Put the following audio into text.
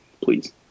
please